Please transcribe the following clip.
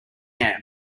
air